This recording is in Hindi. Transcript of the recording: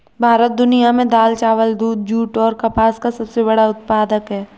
भारत दुनिया में दाल, चावल, दूध, जूट और कपास का सबसे बड़ा उत्पादक है